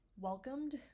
welcomed